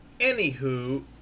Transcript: anywho